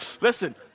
listen